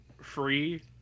free